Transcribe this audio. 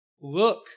Look